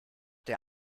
der